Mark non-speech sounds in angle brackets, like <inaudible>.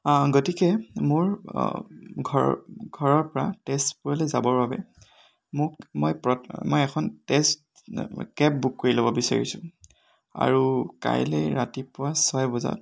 গতিকে মোৰ ঘৰ ঘৰৰ পৰা তেজপুৰলৈ যাবৰ বাবে মোক মই <unintelligible> মই এখন <unintelligible> কেব বুক কৰি ল'ব বিচাৰিছোঁ আৰু কাইলে ৰাতিপুৱা ছয় বজাত